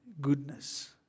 goodness